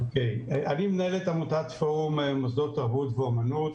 אני מנהל את עמותת פורום מוסדות תרבות ואמנות,